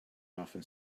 often